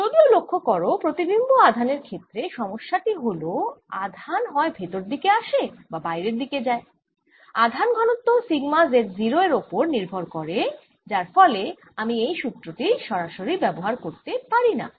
যদিও লক্ষ্য করো প্রতিবিম্ব আধান এর ক্ষেত্রে সমস্যা টি হল আধান হয় ভেতর দিকে আসে বা বাইরের দিকে যায় আধান ঘনত্ব সিগমা z0 এর ওপর নির্ভর করে যার ফলে আমি এই সুত্র টি সরাসরি ব্যবহার করতে পারিনা